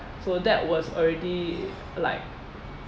so that was already like